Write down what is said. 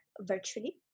virtually